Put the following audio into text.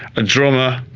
a drummer,